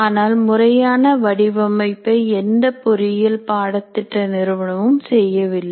ஆனால் முறையான வடிவமைப்பை எந்த பொறியியல் பாடத்திட்ட நிறுவனமும் செய்யவில்லை